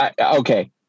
Okay